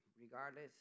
regardless